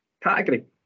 category